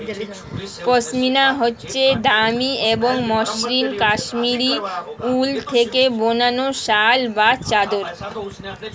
পশমিনা হচ্ছে দামি এবং মসৃন কাশ্মীরি উল থেকে বানানো শাল বা চাদর